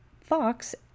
Fox